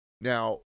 Now